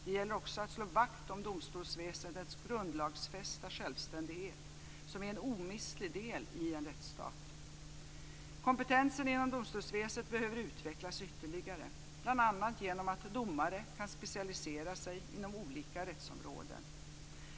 Det gäller också att slå vakt om domstolsväsendets grundlagsfästa självständighet, som är en omistlig del i en rättsstat. Kompetensen inom domstolsväsendet behöver utvecklas ytterligare, bl.a. genom att domare kan specialisera sig inom olika rättsområden.